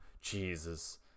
Jesus